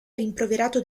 rimproverato